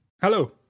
Hello